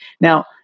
Now